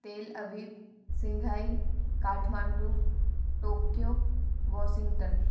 तेलभी Shanghai Kathmandu Tokyo Washington